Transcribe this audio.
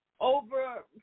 over